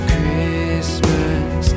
Christmas